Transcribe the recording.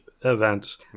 events